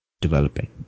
developing